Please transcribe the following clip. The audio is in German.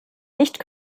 nicht